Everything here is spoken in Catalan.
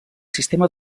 sistema